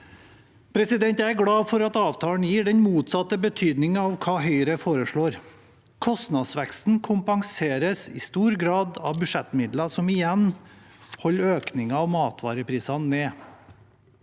Jeg er glad for at avtalen gir den motsatte betydningen av det Høyre foreslår. Kostnadsveksten kompenseres i stor grad av budsjettmidler, som igjen holder økningen i matvareprisene nede.